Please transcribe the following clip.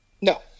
No